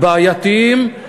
בעייתיים.